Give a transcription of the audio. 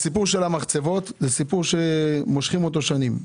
הסיפור של המחצבות זה סיפור שמושכים אותו שנים.